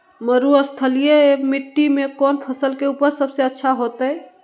मरुस्थलीय मिट्टी मैं कौन फसल के उपज सबसे अच्छा होतय?